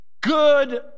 good